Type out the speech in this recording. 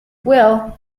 well